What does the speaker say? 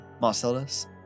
Marcellus